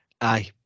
aye